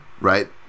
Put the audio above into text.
right